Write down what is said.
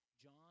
John